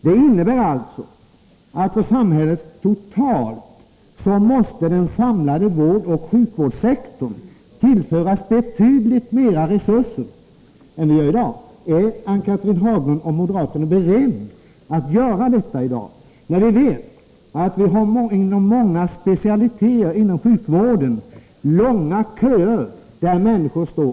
Det innebär alltså att den samlade vården måste tillföras betydligt mer resurser än vad som görs i dag. Är Ann-Cathrine Haglund och moderaterna beredda att göra detta i dag, när vi vet att det på många specialområden inom sjukvården är långa köer för vård?